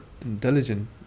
intelligent